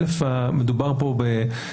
ראשית,